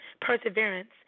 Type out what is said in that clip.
perseverance